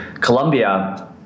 Colombia